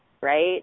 right